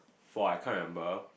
four I can't remember